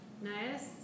Nice